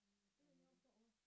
just anyhow talk lor